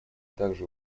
также